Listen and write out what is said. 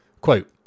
Quote